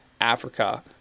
Africa